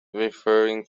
referring